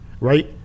Right